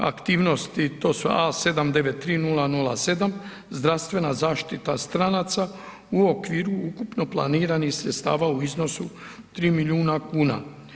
Aktivnosti to su A793007 zdravstvena zaštita stranaca u okviru ukupno planiranih sredstava u iznosu 3 milijuna kuna.